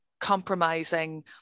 compromising